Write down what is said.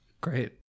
Great